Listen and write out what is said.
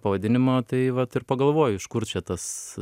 pavadinimo tai vat ir pagalvoju iš kur čia tas